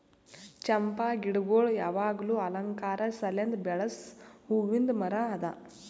ಚಂಪಾ ಗಿಡಗೊಳ್ ಯಾವಾಗ್ಲೂ ಅಲಂಕಾರ ಸಲೆಂದ್ ಬೆಳಸ್ ಹೂವಿಂದ್ ಮರ ಅದಾ